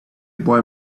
boy